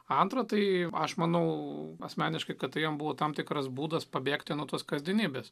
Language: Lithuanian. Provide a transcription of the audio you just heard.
antra tai aš manau asmeniškai kad tai jam buvo tam tikras būdas pabėgti nuo tos kasdienybės